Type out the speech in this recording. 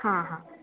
हा हा